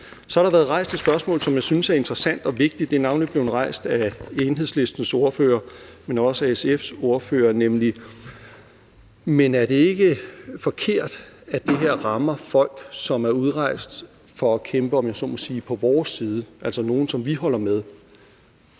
Så har der været rejst et spørgsmål, som jeg synes er interessant og vigtigt, og det er navnlig blevet rejst af Enhedslistens ordfører, men også af SF's ordfører, nemlig om det ikke er forkert, at det her rammer folk, som er udrejst for at kæmpe, om jeg så må sige, på vores side, altså nogle, som vi holder med.